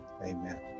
Amen